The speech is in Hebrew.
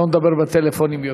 לא נדבר בטלפונים יותר.